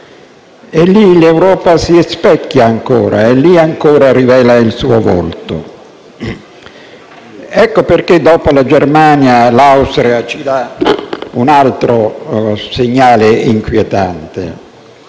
Lì l'Europa si specchia ancora e ancora rivela il suo volto e per questo, dopo la Germania, l'Austria ci dà un altro segnale inquietante.